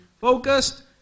focused